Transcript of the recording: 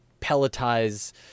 pelletize